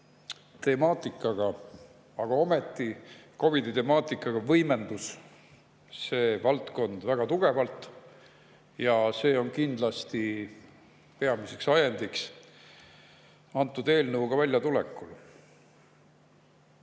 temaatikaga, aga ometi COVID‑i temaatikaga võimendus see valdkond väga tugevalt. Ja see on kindlasti peamiseks ajendiks antud eelnõuga väljatulekul. Aga